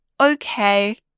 okay